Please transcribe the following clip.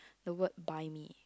the word buy me